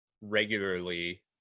regularly